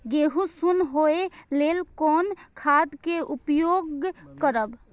गेहूँ सुन होय लेल कोन खाद के उपयोग करब?